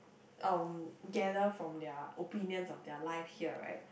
um gather from their opinions of their life here right